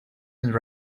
and